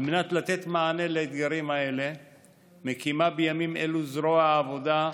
על מנת לתת מענה לאתגרים האלה מקימה בימים אלו זרוע העבודה,